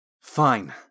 Fine